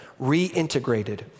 reintegrated